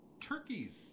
turkeys